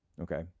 okay